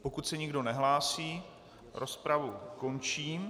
Pokud se nikdo nehlásí, rozpravu končím.